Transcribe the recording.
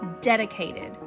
dedicated